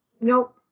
nope